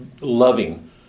loving